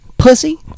Pussy